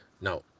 Now